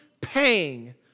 paying